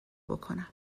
بکنم